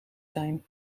zijn